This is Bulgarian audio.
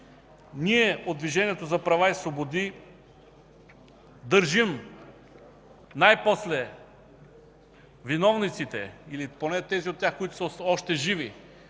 От Движението за права и свободи държим най-после виновниците или поне тези от тях, които са още живи,